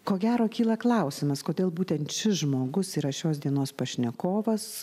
ko gero kyla klausimas kodėl būtent šis žmogus yra šios dienos pašnekovas